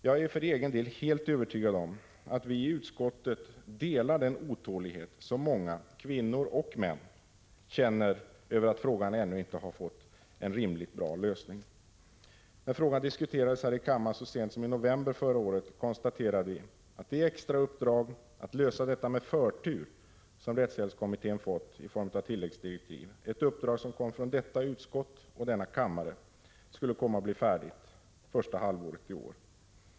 Jag är övertygad om att vi i utskottet delar den otålighet som många kvinnor och män känner över att frågan ännu inte fått en rimlig lösning. När frågan diskuterades här i kammaren så sent som i november förra året konstaterade vi att det extra uppdrag att lösa detta med förtur som rättshjälpskommittén fått i form av tilläggsdirektiv — ett uppdrag som kom från detta utskott och denna kammare — skulle komma att bli färdigt första halvåret i år.